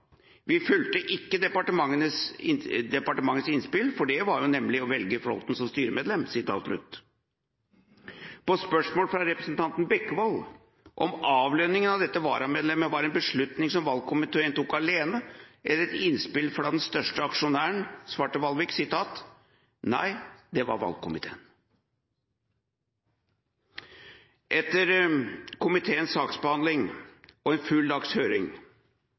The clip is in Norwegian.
fulgte ikke departementets innspill, for det var nemlig å velge Flåthen som styremedlem.» På spørsmål fra representanten Bekkevold om avlønningen av dette varamedlemmet var en beslutning som valgkomiteen tok alene, eller et innspill fra den største aksjonæren, svarte Valvik: «Nei, det var valgkomiteen.» Etter komiteens saksbehandling og en full dags høring